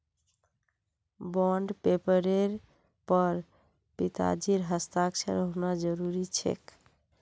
bond पेपरेर पर पिताजीर हस्ताक्षर होना जरूरी छेक